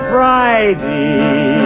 Friday